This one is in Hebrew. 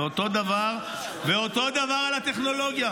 ואותו דבר על הטכנולוגיה.